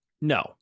No